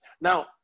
Now